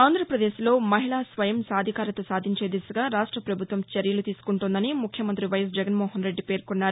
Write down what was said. ఆంధ్రప్రదేశ్లో మహిళా స్వయం సాధికారత సాధించే దిశగా రాష్ట్ర పభుత్వం చర్యలు తీసుకుంటోందని ముఖ్యమంత్రి వైఎస్ జగన్మోహన్ రెడ్డి పేర్కొన్నారు